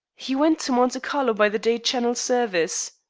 he went to monte carlo by the day channel service,